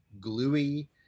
gluey